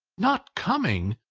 not coming!